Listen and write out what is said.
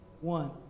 One